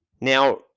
Now